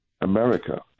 America